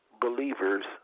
believers